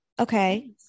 Okay